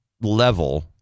level